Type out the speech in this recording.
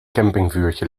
kampingvuurtje